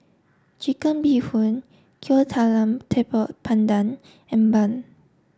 Chicken Bee Hoon Kuih Talam Tepong Pandan and Bun